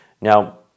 Now